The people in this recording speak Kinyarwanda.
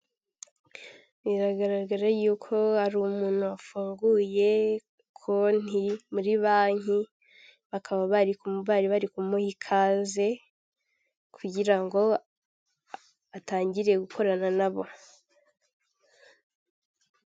Biragaragara yuko hari umuntu wafunguye konti muri banki bakaba bari mu bari kumuha ikaze kugira ngo atangire gukorana na bo.